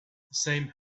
same